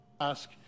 Ask